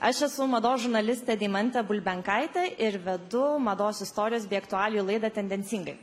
aš esu mados žurnalistė deimantė bulbenkaitė ir vedu mados istorijos bei aktualijų laidą tendencingai